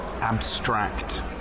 abstract